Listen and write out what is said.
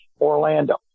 Orlando